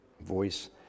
Voice